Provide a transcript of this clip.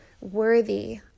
worthy